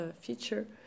feature